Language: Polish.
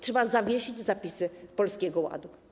Trzeba zawiesić zapisy Polskiego Ładu.